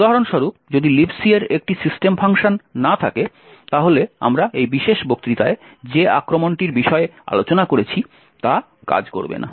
উদাহরণস্বরূপ যদি Libc এর একটি সিস্টেম ফাংশন না থাকে তাহলে আমরা এই বিশেষ বক্তৃতায় যে আক্রমণটির বিষয়ে আলোচনা করেছি তা কাজ করবে না